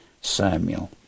Samuel